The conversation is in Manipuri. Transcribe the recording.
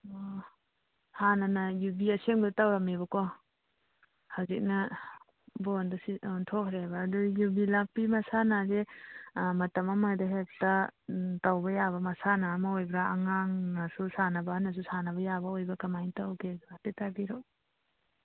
ꯑ ꯍꯥꯟꯅꯅ ꯌꯨꯕꯤ ꯑꯁꯦꯡꯕꯗꯨ ꯇꯧꯔꯝꯃꯦꯕꯀꯣ ꯍꯧꯖꯤꯛꯅ ꯕꯣꯜꯗ ꯑꯣꯟꯊꯣꯛꯈ꯭ꯔꯦꯕ ꯑꯗꯨ ꯌꯨꯕꯤ ꯂꯥꯛꯄꯤ ꯃꯁꯥꯟꯅꯁꯦ ꯃꯇꯝ ꯑꯃꯗ ꯍꯦꯛꯇ ꯎꯝ ꯇꯧꯕ ꯌꯥꯕ ꯃꯁꯥꯟꯅ ꯑꯃ ꯑꯣꯏꯕ꯭ꯔ ꯑꯉꯥꯡꯅꯁꯨ ꯁꯥꯟꯅꯕ ꯑꯍꯟꯅꯁꯨ ꯁꯥꯟꯅꯕ ꯌꯥꯕ ꯑꯣꯏꯕ꯭ꯔ ꯀꯃꯥꯏꯅ ꯇꯧꯒꯦ ꯍꯥꯏꯐꯦꯠꯇ ꯍꯥꯏꯕꯤꯔꯛꯎ